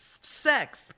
sex